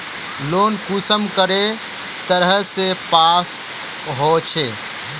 Loan कुंसम करे तरह से पास होचए?